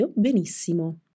benissimo